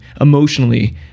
emotionally